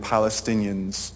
Palestinians